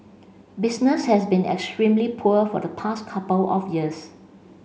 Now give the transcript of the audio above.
business has been extremely poor for the past couple of years